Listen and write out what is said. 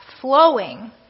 flowing